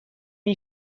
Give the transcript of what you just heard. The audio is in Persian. این